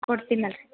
ಕೊಡ್ತೀನಲ್ರಿ